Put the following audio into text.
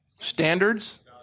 standards